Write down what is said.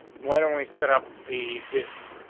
why don't we set up the dips?